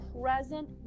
present